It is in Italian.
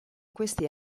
questi